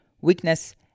weakness